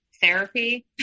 Therapy